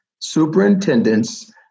superintendents